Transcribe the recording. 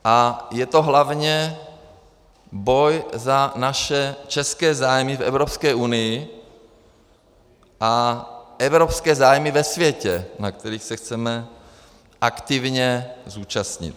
A je to hlavně boj za naše české zájmy v Evropské unii a evropské zájmy ve světě, na kterých se chceme aktivně zúčastnit.